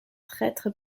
traître